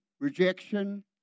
rejection